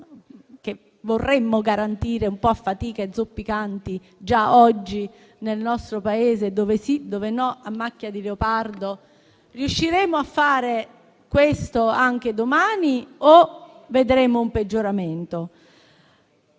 che vorremmo garantire, un po' a fatica e zoppicanti, già oggi nel nostro Paese (dove sì, dove no, a macchia di leopardo)? Riusciremo a fare questo anche domani o vedremo un peggioramento?